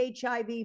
HIV